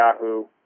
Yahoo